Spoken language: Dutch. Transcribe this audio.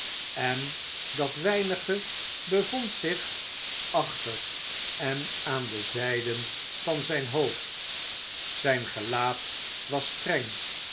en dat weinige bevond zich achter en aan de zijden van zijn hoofd zijn gelaat was streng